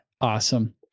Awesome